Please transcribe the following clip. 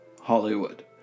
Hollywood